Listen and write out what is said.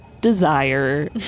desire